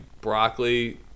broccoli